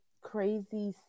crazy